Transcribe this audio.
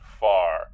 far